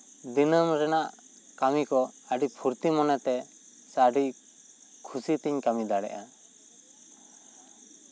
ᱫᱤᱱᱟᱹᱢ ᱨᱮᱭᱟᱜ ᱠᱟᱹᱢᱤ ᱠᱚ ᱟᱹᱰᱤ ᱯᱷᱩᱨᱛᱤ ᱢᱚᱱᱮ ᱛᱮ ᱥᱮ ᱟᱹᱰᱤ ᱠᱷᱩᱥᱤᱛᱤᱧ ᱠᱟᱹᱢᱤ ᱫᱟᱲᱮᱭᱟᱜᱼᱟ